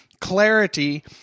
clarity